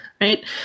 right